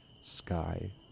sky